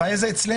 הבעיה היא אצלנו.